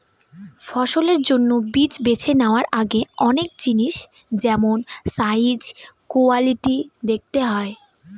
ফসলের জন্য বীজ বেছে নেওয়ার আগে অনেক জিনিস যেমল সাইজ, কোয়ালিটি দেখতে হয়